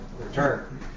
return